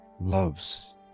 loves